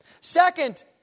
Second